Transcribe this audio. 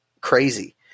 crazy